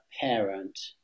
parent